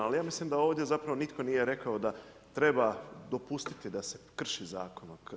Ali ja mislim da ovdje zapravo nitko nije rekao da treba dopustiti da se krši Zakon.